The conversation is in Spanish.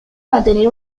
mantener